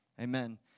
Amen